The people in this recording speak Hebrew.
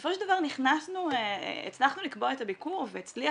בסופו של דבר הצלחנו לקבוע את הביקור והצליח